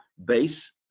base